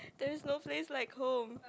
there is no place like home